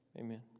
Amen